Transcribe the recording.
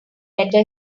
better